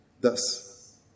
Thus